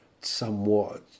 somewhat